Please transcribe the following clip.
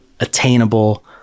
attainable